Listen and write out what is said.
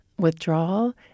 withdrawal